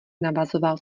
navazoval